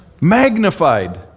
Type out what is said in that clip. Magnified